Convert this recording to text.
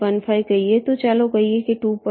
15 કહીએ તો ચાલો કહીએ કે 2